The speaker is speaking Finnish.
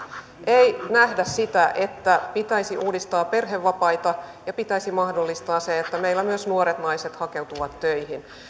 ei nähdä sitä että pitäisi uudistaa perhevapaita ja mahdollistaa se että meillä myös nuoret naiset hakeutuvat töihin